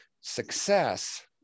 success